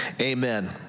Amen